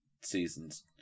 season's